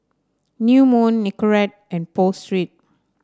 New Moon Nicorette and Pho Street